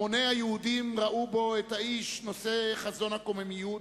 המוני היהודים ראו בו את האיש נושא חזון הקוממיות,